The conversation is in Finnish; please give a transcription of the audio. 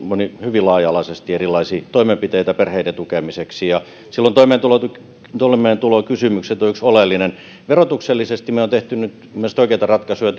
hyvin laaja alaisesti erilaisia toimenpiteitä perheiden tukemiseksi silloin toimeentulokysymykset on yksi oleellinen asia verotuksellisesti me olemme tehneet nyt mielestäni oikeita ratkaisuja